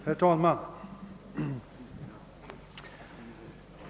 Herr talman!